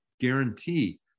guarantee